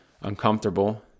uncomfortable